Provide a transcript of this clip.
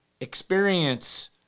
experience